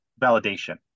validation